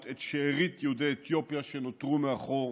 את שארית יהודי אתיופיה שנותרו מאחור